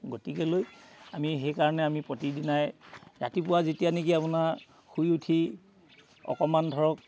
গতিকেলৈ আমি সেইকাৰণে আমি প্ৰতিদিনাই ৰাতিপুৱা যেতিয়া নেকি আপোনাৰ শুই উঠি অকণমান ধৰক